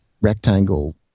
rectangle